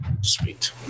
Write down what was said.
Sweet